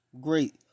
great